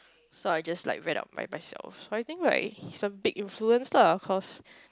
so I just like read up by myself so I think like he's a big influence lah cause